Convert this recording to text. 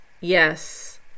Yes